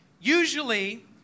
Usually